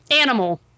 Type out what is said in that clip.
Animal